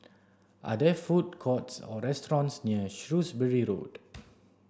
are there food courts or restaurants near Shrewsbury Road